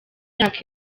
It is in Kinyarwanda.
imyaka